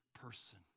person